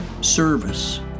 service